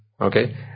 Okay